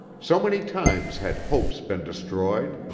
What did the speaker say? so many times had hopes been destroyed!